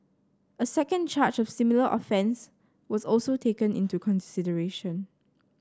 a second charge of similar offence was also taken into consideration